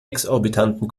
exorbitanten